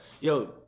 Yo